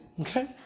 Okay